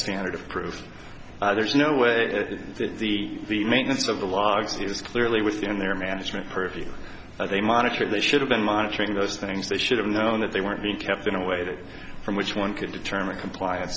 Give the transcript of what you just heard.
standard of proof there's no way that the maintenance of the logs is clearly within their management purview they monitor they should have been monitoring those things they should have known that they weren't being kept in a way that from which one could determine compliance